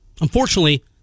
Unfortunately